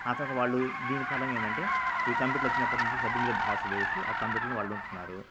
ఆ తర్వాత వాళ్ళు దీని పరంగా ఏందంటే ఈ కంప్యూటర్లు వచ్చినప్పటి నుంచి చదువు మీద ధ్యాస పోయేసి ఆ కంప్యూటర్లోనే వాళ్ళు ఉంటున్నారు